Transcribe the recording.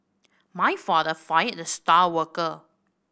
my father fired the star worker